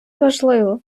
важливо